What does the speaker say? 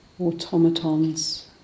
Automatons